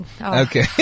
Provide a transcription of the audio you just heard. Okay